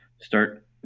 start